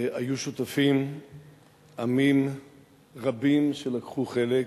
היו שותפים עמים רבים שלקחו חלק